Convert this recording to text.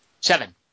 Seven